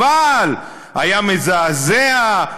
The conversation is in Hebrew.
אבל היה מזעזע,